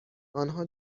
آنها